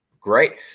Great